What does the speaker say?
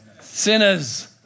sinners